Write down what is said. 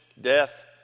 death